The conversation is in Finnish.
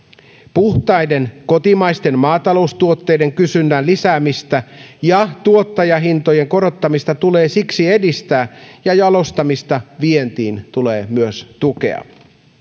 puhtaiden kotimaisten maataloustuotteiden kysynnän lisäämistä ja tuottajahintojen korottamista tulee siksi edistää ja jalostamista vientiin tulee myös tukea